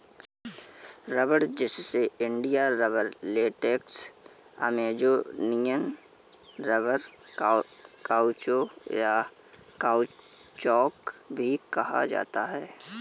रबड़, जिसे India rubber, latex, Amazonian rubber, काउचो, या काउचौक भी कहा जाता है